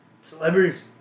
Celebrities